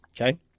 Okay